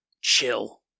chill